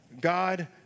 God